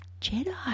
Jedi